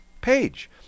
page